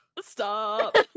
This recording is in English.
Stop